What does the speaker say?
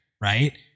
Right